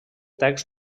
text